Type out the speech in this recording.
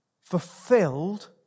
Fulfilled